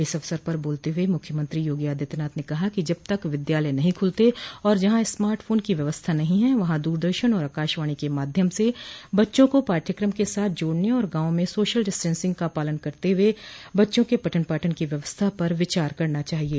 इस अवसर पर बोलते हुए मुख्यमंत्री योगी आदित्यनाथ ने कहा कि जब तक विद्यालय नहीं खूलते और जहां स्मार्ट फोन की व्यवस्था नहीं है वहां दूरदर्शन और आकाशवाणी के माध्यम से बच्चों को पाठ्यक्रम के साथ जोड़ने और गांवों मे ंसोशल डिस्टेंसिंग का पालन करते हुए बच्चों के पठन पाठन की व्यवस्था पर विचार करना चाहिये